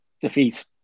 defeat